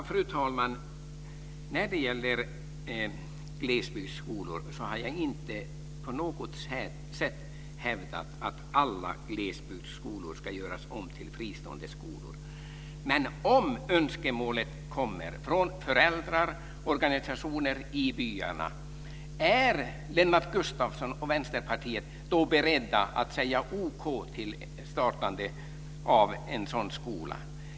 Fru talman! Jag har inte på något sätt hävdat att alla glesbygdsskolor ska göras om till fristående skolor. Men om önskemålet kommer från föräldrar och organisationer i byarna, är Lennart Gustavsson och Vänsterpartiet då beredda att säga okej till startande av en sådan skola?